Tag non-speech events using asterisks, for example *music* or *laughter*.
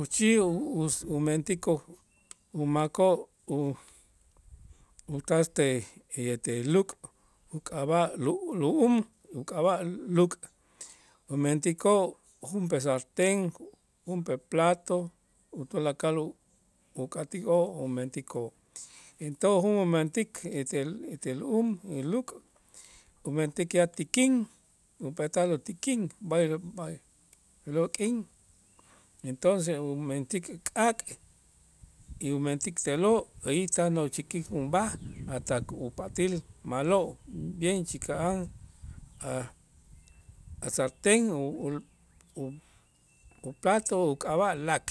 Uchij *unintelligible* umentik o makoo' utraste ete luk' uk'ab'a' lu- lu'um uk'ab'a' luk' umentikoo' junp'ee sartén, junp'ee plato u tulakal u- uk'atijoo' umentikoo' enton jun amentik etel etel lu'um *hesitation* luk' umentik ya tikin junp'ee tal utikin b'ay- b'ay je'lo' k'in, entonces umentik k'aak' y umentik te'lo' alli tan uchikil ub'aj hasta ku'upat'äl ma'lo' bien chika'an a' sartén u- u- u plato uk'ab'a' lak